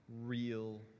real